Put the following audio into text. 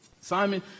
Simon